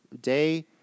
day